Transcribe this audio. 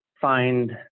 find